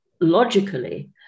logically